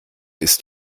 ist